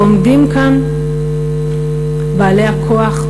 עומדים כאן בעלי הכוח,